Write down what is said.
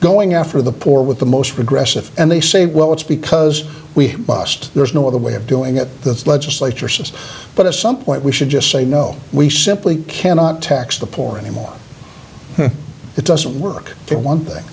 going after the poor with the most progressive and they say well it's because we bust there is no other way of doing it the legislature says but at some point we should just say no we simply cannot tax the poor anymore it doesn't work for one thing